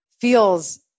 feels